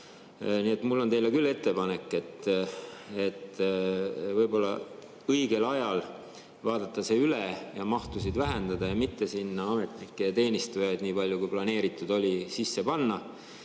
Nii et mul on teile küll ettepanek, et võib-olla tasuks õigel ajal vaadata see üle, mahtusid vähendada ja mitte sinna ametnikke ja teenistujaid, nii palju kui planeeritud oli, sisse panna,